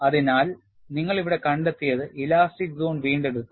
അതിനാൽ നിങ്ങൾ ഇവിടെ കണ്ടെത്തിയതു ഇലാസ്റ്റിക് സോൺ വീണ്ടെടുത്തു